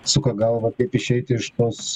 suka galvą kaip išeiti iš tos